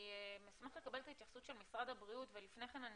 אני אשמח לקבל את התייחסות של משרד הבריאות אבל לפני כן,